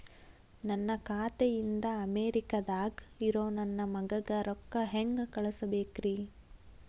ನನ್ನ ಖಾತೆ ಇಂದ ಅಮೇರಿಕಾದಾಗ್ ಇರೋ ನನ್ನ ಮಗಗ ರೊಕ್ಕ ಹೆಂಗ್ ಕಳಸಬೇಕ್ರಿ?